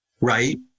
right